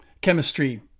chemistry